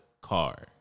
car